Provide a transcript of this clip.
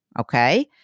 Okay